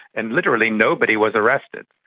and literally nobody was arrested,